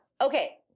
Okay